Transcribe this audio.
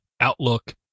Outlook